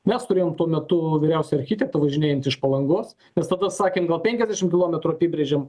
mes turėjom tuo metu vyriausią architektą važinėjantį iš palangos mes tada sakėm gal penkiasdešimt kilometrų apibrėžėm